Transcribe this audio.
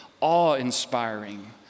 awe-inspiring